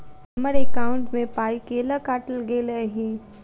हम्मर एकॉउन्ट मे पाई केल काटल गेल एहि